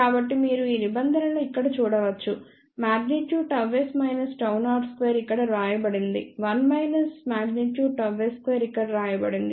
కాబట్టి మీరు ఈ నిబంధనలను ఇక్కడ చూడవచ్చు |ΓS Γ0|2 ఇక్కడ వ్రాయండి 1 |ΓS|2 ఇక్కడ వ్రాయబడింది